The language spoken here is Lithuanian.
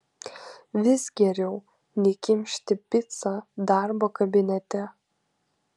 vis geriau nei kimšti picą darbo kabinete